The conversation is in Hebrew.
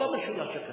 כל המשולש הקטן.